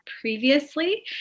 previously